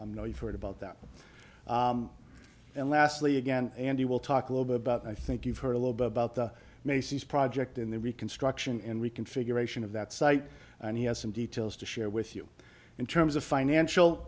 i'm know you've heard about that and lastly again and you will talk a little bit about i think you've heard a little bit about the macy's project in the reconstruction and reconfiguration of that site and he has some details to share with you in terms of financial